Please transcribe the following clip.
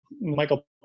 Michael